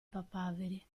papaveri